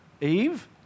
Eve